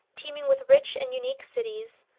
teeming with rich and unique cities,